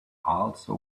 also